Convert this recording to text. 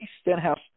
Stenhouse